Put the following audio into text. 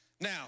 Now